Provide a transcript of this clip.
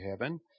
heaven